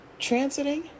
transiting